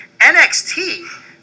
NXT